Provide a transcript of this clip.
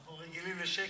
אנחנו רגילים לשקט.